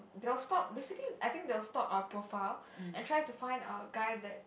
they will stalk basically I think they will stalk our profile and try to find a guy that